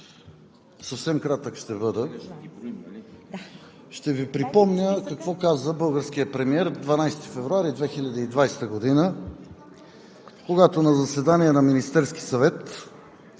Съвсем кратък ще бъда. Ще Ви припомня какво каза българският премиер на 12 февруари 2020 г. на заседание на Министерския съвет,